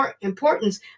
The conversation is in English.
importance